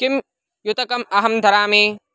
किं युतकम् अहं धरामि